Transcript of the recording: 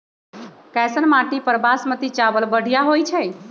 कैसन माटी पर बासमती चावल बढ़िया होई छई?